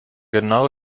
genau